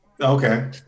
Okay